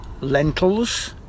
lentils